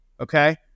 okay